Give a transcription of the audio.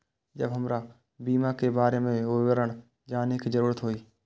जब हमरा बीमा के बारे में विवरण जाने के जरूरत हुए?